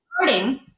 starting